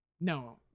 No